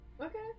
Okay